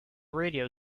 radio